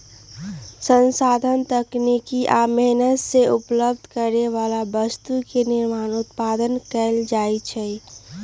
संसाधन तकनीकी आ मेहनत से उपभोग करे बला वस्तु के निर्माण उत्पादन कएल जाइ छइ